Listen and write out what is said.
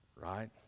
right